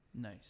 Nice